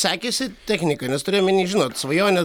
sekėsi technika nes turiu omeny žinot svajonę